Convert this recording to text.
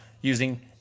using